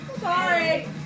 Sorry